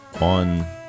on